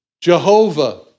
Jehovah